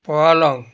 पलङ